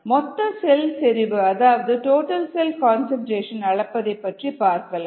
மொத்த செல் செறிவு அதாவது டோட்டல் செல் கன்சன்ட்ரேஷன் அளப்பதை பற்றி பார்க்கலாம்